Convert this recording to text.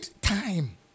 time